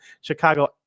chicago